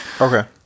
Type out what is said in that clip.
okay